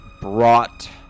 brought